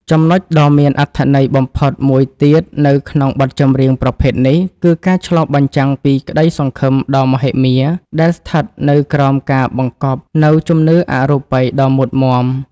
ចំណុចដ៏មានអត្ថន័យបំផុតមួយទៀតនៅក្នុងបទចម្រៀងប្រភេទនេះ គឺការឆ្លុះបញ្ចាំងពីក្តីសង្ឃឹមដ៏មហិមាដែលស្ថិតនៅក្រោមការបង្កប់នូវជំនឿអរូបីដ៏មុតមាំ។